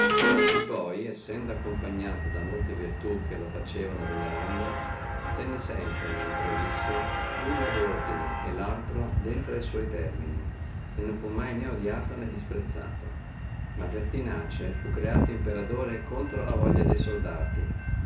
di poi sendo accompagnato da molte virtù che lo facevano venerando tenne sempre mentre che visse luno ordine e laltro intra termini sua e non fu mai né odiato né disprezzato ma pertinace fu creato imperatore contro alla voglia de soldati